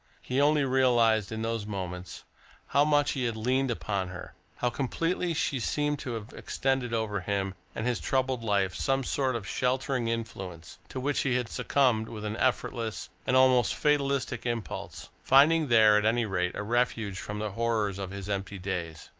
he only realised in those moments how much he had leaned upon her, how completely she seemed to have extended over him and his troubled life some sort of sheltering influence, to which he had succumbed with an effortless, an almost fatalistic impulse, finding there, at any rate, a refuge from the horrors of his empty days.